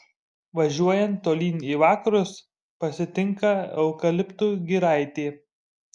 važiuojant tolyn į vakarus pasitinka eukaliptų giraitė